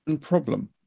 problem